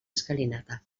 escalinata